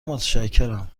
متشکرم